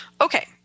Okay